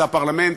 זה הפרלמנט,